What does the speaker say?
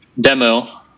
demo